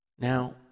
Now